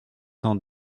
cent